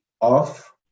off